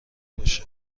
باشه